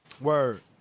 Word